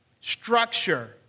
structure